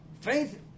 Faith